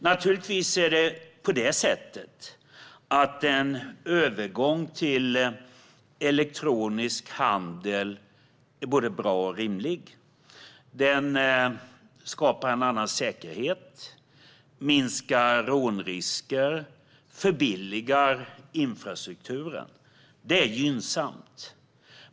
Naturligtvis är en övergång till elektronisk handel både bra och rimlig. Det skapar en annan säkerhet, minskar rånrisker och förbilligar infrastrukturen. Detta är gynnsamt.